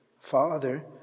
Father